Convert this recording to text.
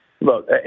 look